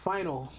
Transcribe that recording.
Final